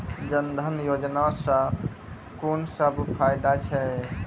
जनधन योजना सॅ कून सब फायदा छै?